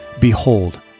behold